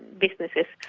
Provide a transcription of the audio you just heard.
businesses.